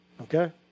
Okay